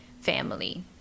family